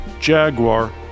Jaguar